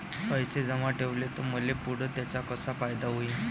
पैसे जमा ठेवले त मले पुढं त्याचा कसा फायदा होईन?